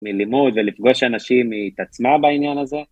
מלימוד ולפגוש אנשים היא התעצמה בעניין הזה.